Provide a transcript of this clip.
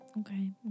Okay